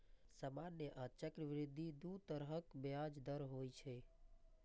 सामान्य आ चक्रवृद्धि दू तरहक ब्याज दर होइ छै